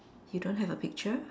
you don't have a picture